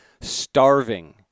starving